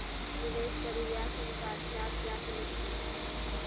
निवेश परिव्यास अनुपात से आप क्या समझते हैं?